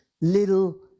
little